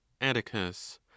Atticus